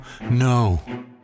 no